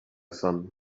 son